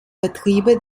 betriebe